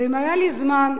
אם היה לי זמן,